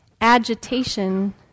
agitation